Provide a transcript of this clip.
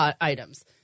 items